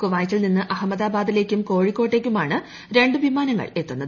കുവൈറ്റിൽ നിന്ന് അഹമ്മദാബാദിലേക്കും കോഴിക്കോട്ടേക്കുമാണ് രണ്ട് വിമാനങ്ങൾ എത്തുന്നത്